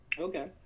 Okay